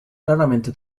raramente